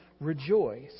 rejoice